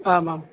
आम् आम्